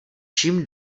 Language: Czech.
čím